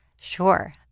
Sure